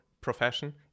profession